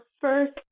first